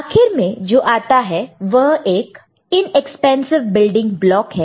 आखिर में जो आता है वह एक इनएक्सपेंसिव बिल्डिंग ब्लॉक है